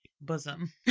bosom